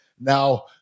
Now